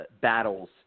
battles